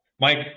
mike